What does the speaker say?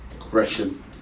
aggression